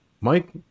Mike